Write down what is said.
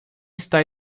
está